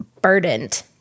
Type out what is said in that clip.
burdened